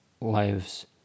lives